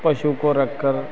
पशु को रखकर